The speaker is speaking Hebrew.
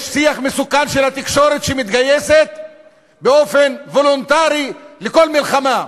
יש שיח מסוכן של התקשורת שמתגייסת באופן וולונטרי לכל מלחמה,